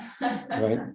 right